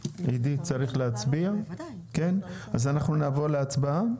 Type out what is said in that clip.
אם כך, נעבור להצבעה.